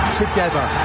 together